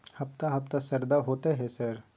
हफ्ता हफ्ता शरदा होतय है सर?